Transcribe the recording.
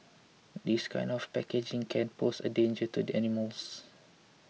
this kind of packaging can pose a danger to the animals